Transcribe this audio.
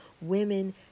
women